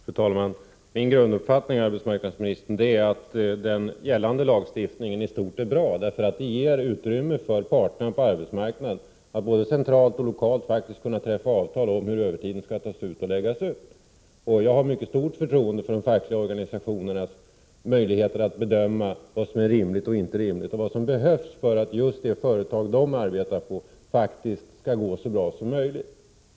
Fru talman! Min grunduppfattning, arbetsmarknadsministern, är att den gällande lagstiftningen i stort sett är bra, för den ger utrymme för parterna på arbetsmarknaden att både centralt och lokalt faktiskt kunna träffa avtal om hur övertiden skall tas ut och läggas ut. Jag har mycket stort förtroende för de fackliga organisationernas möjligheter att bedöma vad som är rimligt och inte rimligt och vad som behövs för att just det företag där de arbetar skall gå så bra som möjligt.